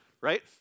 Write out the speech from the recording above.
right